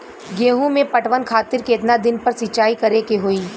गेहूं में पटवन खातिर केतना दिन पर सिंचाई करें के होई?